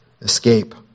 escape